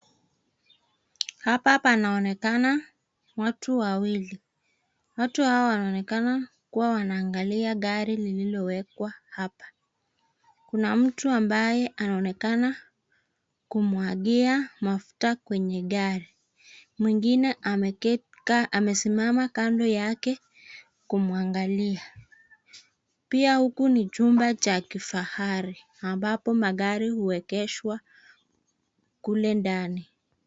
Hapa panaonekana watu wawili. Watu hao wanaonekana kuwa wanaangalia gari lililowekwa hapa. Kuna mtu ambaye anaonekana kumwagia mafuta kwenye gari. Mwingine amesimama kando yake kumwangalia. Pia huku ni chumba cha kifahari ambapo magari huwekshwa kule ndani.